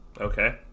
Okay